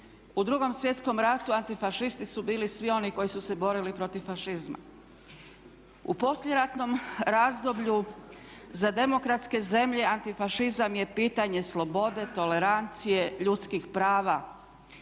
U 2.svjetskom ratu antifašisti su bili svi oni koji su se borili protiv fašizma. U poslijeratnom razdoblju za demokratske zemlje antifašizam je pitanje slobode, tolerancije, ljudskih prava.